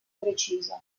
preciso